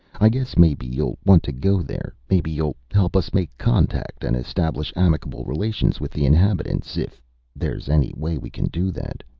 i guess maybe you'll want to go there. maybe you'll help us make contact and establish amicable relations with the inhabitants if there's any way we can do that.